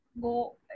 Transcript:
go